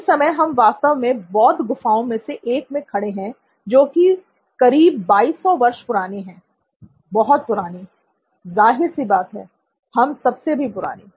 इस समय हम वास्तव में बौद्ध गुफाओं में से एक मैं खड़े हैं जो कि करीब 2200 वर्ष पुरानी है बहुत पुरानी जाहिर सी बात है हम सब से भी पुरानी है